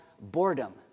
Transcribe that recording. boredom